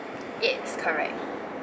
yes correct